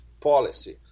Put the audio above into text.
policy